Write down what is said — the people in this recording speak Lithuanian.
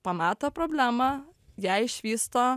pamato problemą ją išvysto